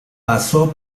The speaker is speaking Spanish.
pasó